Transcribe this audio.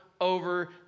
over